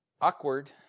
Awkward